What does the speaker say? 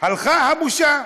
הלכה הבושה.